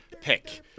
pick